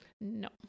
No